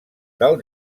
del